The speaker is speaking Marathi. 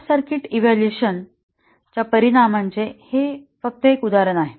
शॉर्ट सर्किट इव्हॅल्युएशन च्या परिणामाचे हे फक्त एक उदाहरण आहे